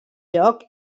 lloc